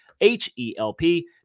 H-E-L-P